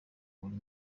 buri